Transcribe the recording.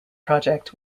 project